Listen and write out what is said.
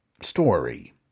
story